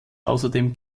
außerdem